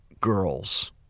girls